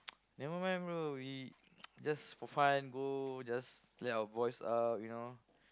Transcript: never mind bro we just for fun go just let our voice out you know